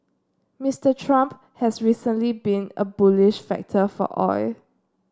Mister Trump has recently been a bullish factor for oil